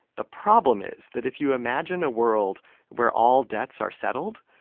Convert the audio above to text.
the problem is that if you imagine a world where all debts are settled,